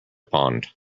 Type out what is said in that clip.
pond